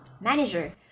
manager